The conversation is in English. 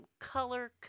color